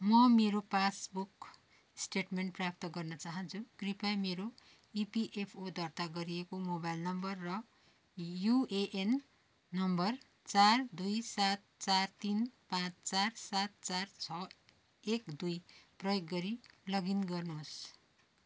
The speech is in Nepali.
म मेरो पासबुक स्टेटमेन्ट प्राप्त गर्न चाहन्छु कृपया मेरो इपिएफओ दर्ता गरिएको मोबाइल नम्बर र युएएन नम्बर चार दुई सात चार तिन पाँच चार सात चार छ एक दुई प्रयोग गरी लगइन गर्नुहोस्